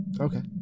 Okay